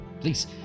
please